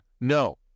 No